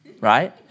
right